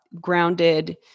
grounded